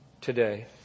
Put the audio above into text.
today